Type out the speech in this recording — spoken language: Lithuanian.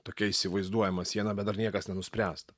tokia įsivaizduojama siena bet dar niekas nenuspręsta